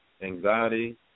anxiety